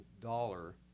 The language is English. dollar